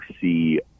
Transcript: see